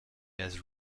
has